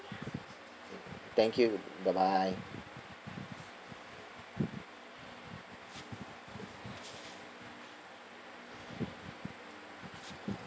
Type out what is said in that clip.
thank you bye bye